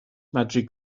medru